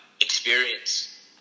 experience